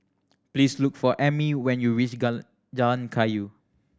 please look for Ammie when you reach Jalan Kayu